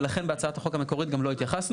ולכן בהצעת החוק המקורית גם לא התייחסנו.